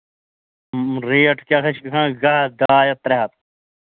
rate کیٛاہ سا چھِ گژھان زٕ ہتھ ڈاے ہَتھ ترٛےٚ ہَتھ